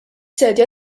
sedja